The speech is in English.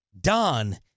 don